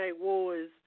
Wars